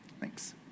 Thanks